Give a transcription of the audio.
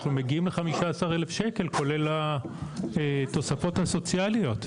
אנחנו מגיעים לכ-15,000 ₪ כולל התוספות הסוציאליות,